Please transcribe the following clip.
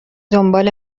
دنبال